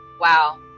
Wow